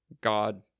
god